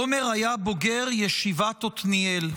עמר היה בוגר ישיבת עתניאל,